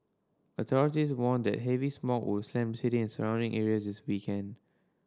authorities warned that heavy smog would slam city and surrounding areas this weekend